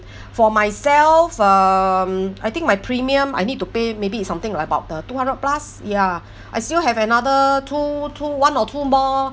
for myself um I think my premium I need to pay maybe it's something about uh two hundred plus ya I still have another two two one or two more